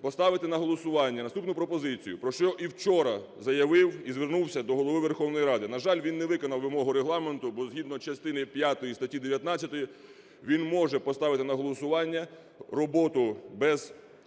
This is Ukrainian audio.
поставити на голосування наступну пропозицію, про що і вчора заявив, і звернувся до Голови Верховної Ради. На жаль, він не виконав вимогу Регламенту, бо згідно частини п'ятої статті 19 він може поставити на голосування роботу без перерви